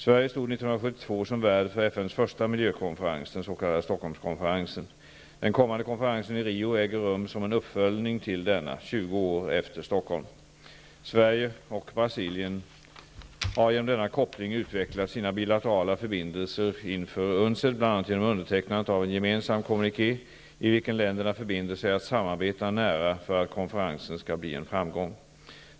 Sverige stod 1972 som värd för FN:s första miljökonferens, den s.k. Stockholmskonferensen. Den kommande konferensen i Rio äger rum som en uppföljning till denna, 20 år efter Stockholm. Sverige och Brasilien har genom denna koppling utvecklat sina bilaterala förbindelser inför UNCED, bl.a. genom undertecknandet av en gemensam kommuniké, i vilken länderna förbinder sig att samarbeta nära för att konferensen skall bli en framgång.